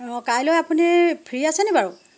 কাইলৈ আপুনি ফ্ৰী আছে নি বাৰু